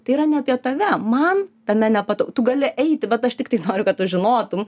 tai yra ne apie tave man tame nepat tu gali eiti bet aš tiktai noriu kad tu žinotum